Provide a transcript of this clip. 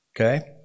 Okay